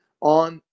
on